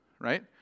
right